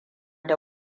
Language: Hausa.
da